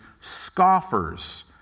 scoffers